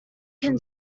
can